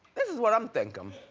this is what i'm thinkin'.